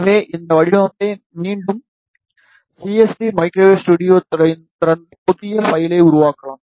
எனவே இந்த வடிவமைப்பை மீண்டும் சிஎஸ்டி மைக்ரோவேவ் ஸ்டுடியோவைத் திறந்து புதிய பைலை உருவாக்கலாம்